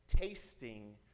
tasting